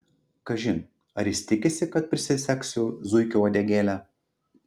kažin ar jis tikisi kad prisisegsiu zuikio uodegėlę